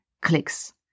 clicks